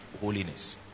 holiness